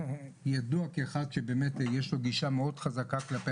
אני ידוע כאחד שבאמת יש לו גישה מאוד חזקה כלפי